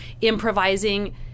improvising